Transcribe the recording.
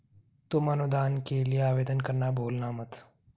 तुम अनुदान के लिए आवेदन करना भूलना मत